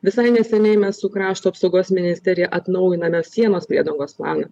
visai neseniai mes su krašto apsaugos ministerija atnaujinome sienos priedangos planą